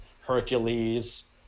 Hercules